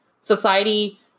society